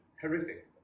horrific